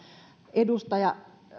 edustaja